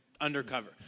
undercover